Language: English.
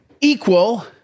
Equal